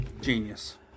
Genius